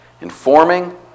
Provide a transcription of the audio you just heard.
Informing